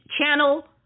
channel